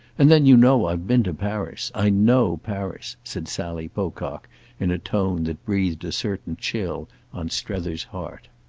and then you know i've been to paris. i know paris, said sally pocock in a tone that breathed a certain chill on strether's heart.